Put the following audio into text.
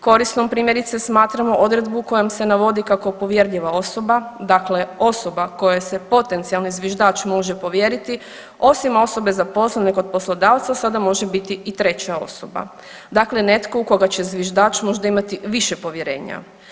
Korisnom primjerice smatramo odredbu kojom se navodi kako povjerljiva osoba, dakle osoba kojoj se potencijalni zviždač može povjeriti, osim osobe zaposlene kod poslodavca sada može biti i treća osoba, dakle netko u koga će zviždač možda imati više povjerenja.